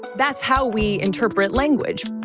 that's how we interpret language